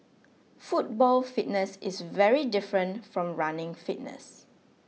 football fitness is very different from running fitness